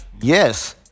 Yes